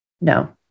No